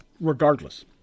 regardless